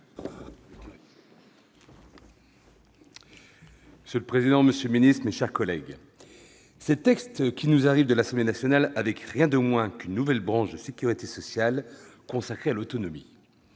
Monsieur le président, monsieur le secrétaire d'État, mes chers collègues, ces textes nous arrivent de l'Assemblée nationale avec rien de moins qu'une nouvelle branche de sécurité sociale, consacrée à l'autonomie.